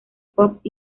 pop